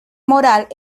moral